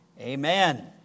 Amen